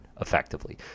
effectively